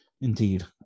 indeed